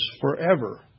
forever